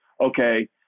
okay